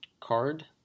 card